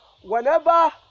whenever